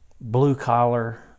blue-collar